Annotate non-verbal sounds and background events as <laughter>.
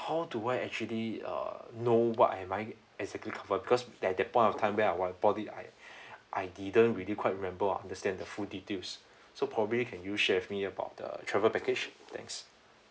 how do I actually uh know what am I exactly covered because like that point of time when I bought it I <breath> I didn't really quite remember or understand the full details <breath> so probably can you share with me about the travel package thanks